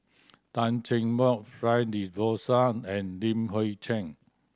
Tan Cheng Bock Fred De Souza and Li Hui Cheng